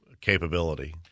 capability